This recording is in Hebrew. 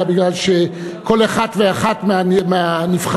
אלא מפני שכל אחת ואחת מהנבחרות,